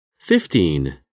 Fifteen